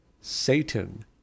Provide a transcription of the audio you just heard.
Satan